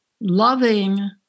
loving